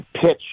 pitch